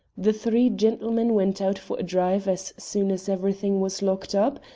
the three gentlemen went out for a drive as soon as everything was locked up,